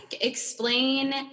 explain